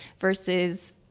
versus